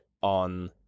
on